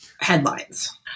headlines